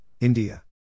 India